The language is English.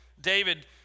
David